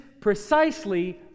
precisely